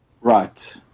Right